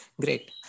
Great